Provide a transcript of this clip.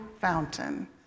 fountain